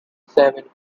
seven